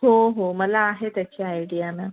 हो हो मला आहे त्याची आयडिया मॅम